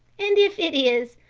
and if it is,